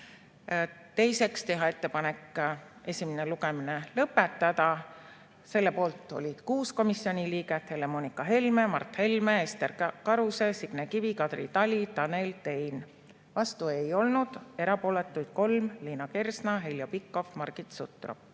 Teiseks tehti ettepanek esimene lugemine lõpetada. Selle poolt olid 6 komisjoni liiget: Helle-Moonika Helme, Mart Helme, Ester Karuse, Signe Kivi, Kadri Tali ja Tanel Tein. Vastu ei olnud [keegi], erapooletuid oli 3: Liina Kersna, Heljo Pikhof ja Margit Sutrop.